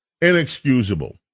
Inexcusable